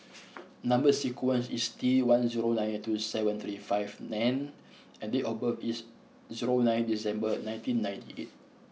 number sequence is T one zero nine two seven three five N and date of birth is zero nine December nineteen ninety eight